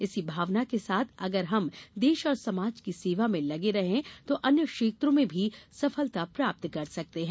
इसी भावना के साथ अगर हम देश और समाज की सेवा में लगे रहें तो अन्य क्षेत्रों में भी सफलता प्राप्त कर सकते हैं